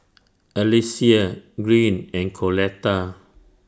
Alycia Green and Coletta